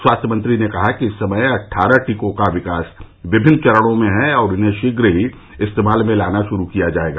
स्वास्थ्य मंत्री ने कहा कि इस समय अट्ठारह टीकों का विकास विभिन्न चरणों में है और इन्हें शीघ्र ही इस्तेमाल में लाना शुरू किया जाएगा